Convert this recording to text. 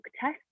test